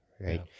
right